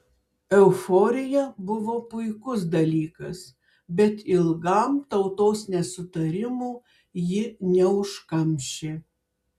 euforija buvo puikus dalykas bet ilgam tautos nesutarimų ji neužkamšė